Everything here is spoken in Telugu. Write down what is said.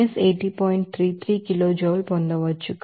33 kilojoule పొందవచ్చు